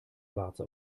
warze